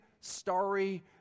starry